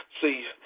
See